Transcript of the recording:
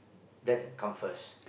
that come first